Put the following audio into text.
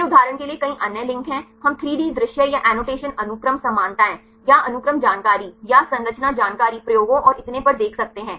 फिर उदाहरण के लिए कई अन्य लिंक हैं हम 3 डी दृश्य या एनोटेशन अनुक्रम समानताएं या अनुक्रम जानकारी या संरचना जानकारी प्रयोगों और इतने पर देख सकते हैं